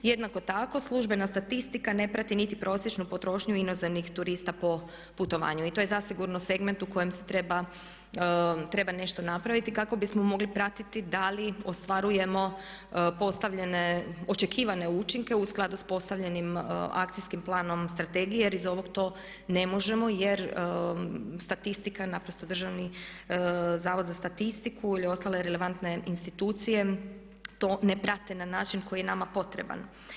Jednako tako službena statistika ne prati niti prosječnu potrošnju inozemnih turista po putovanju i to je zasigurno segment u kojem se treba nešto napraviti kako bismo mogli pratiti da li ostvarujemo postavljene, očekivane učinke u skladu sa postavljenim akcijskim planom strategije jer iz ovog to ne možemo jer statistika naprosto državni Zavod za statistiku ili ostale relevantne institucije to ne prate na način koji je nama potreban.